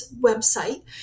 website